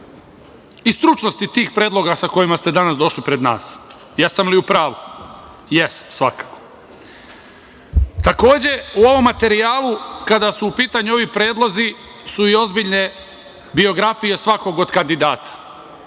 i stručnosti tih predloga sa kojima ste danas došli pred nas. Jesam li u pravu? Jesam, svakako. Takođe, u ovom materijalu kada su u pitanju ovi predlozi su i ozbiljne biografije svakog od kandidata